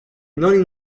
non